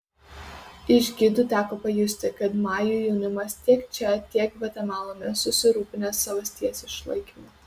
iš gidų teko pajusti kad majų jaunimas tiek čia tiek gvatemaloje susirūpinęs savasties išlaikymu